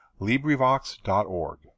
LibriVox.org